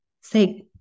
say